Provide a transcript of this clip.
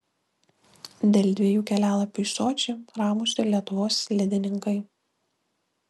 dėl dviejų kelialapių į sočį ramūs ir lietuvos slidininkai